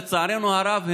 לצערנו הרב,